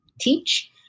teach